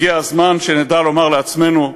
הגיע הזמן שנדע לומר לעצמנו,